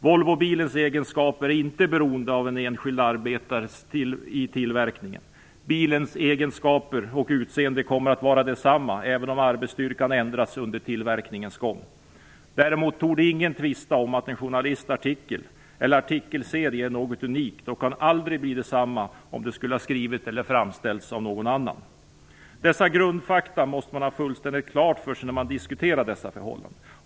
Volvobilens egenskaper är inte beroende av en enskild arbetare i tillverkningen. Bilens egenskaper och utseende kommer att vara desamma, även om arbetsstyrkan ändrats under tillverkningens gång. Däremot torde ingen tvista om att en journalists artikel eller artikelserie är något unikt och kan aldrig bli densamma om den skulle skrivas och framställas av någon annan. Dessa grundfakta måste man ha fullständigt klara för sig när man diskuterar dessa förhållanden.